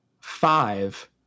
five